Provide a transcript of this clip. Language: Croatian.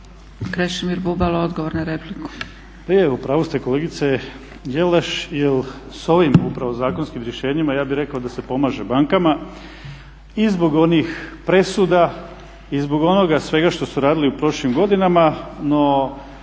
Krešimir Bubalo, odgovor na repliku.